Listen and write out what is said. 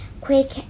quick